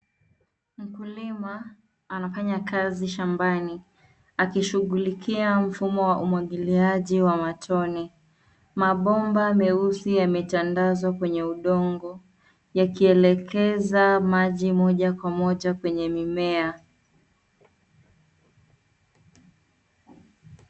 Mkulima anafanya kazi shambani, akishughulikia mfumo wa umwangiliaji wa matone. Mabomba meusi yametadazwa kwenye udongo yakielekeza maji moja kwa moja kwenye mimea.